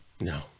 no